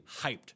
hyped